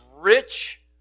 rich